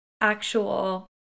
actual